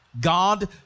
God